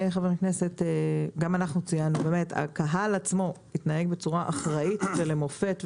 גם אנחנו ציינו שהקהל עצמו התנהג בצורה אחראית ולמופת,